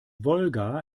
wolga